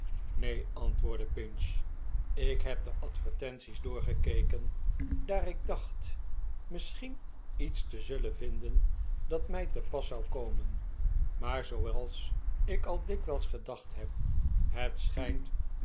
neen antwoordde pinch ik heb de advertenties doorgekeken daar ik dacht misschien iets te zullen vinden dat mij te pas zou komen maar zooals ik al dikwijls gedacht heb het schijnt